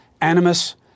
animus